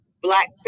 Black